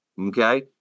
Okay